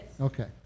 Okay